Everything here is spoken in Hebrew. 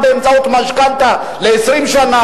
דורשת עוד שדרוג מסוים,